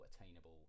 attainable